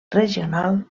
regional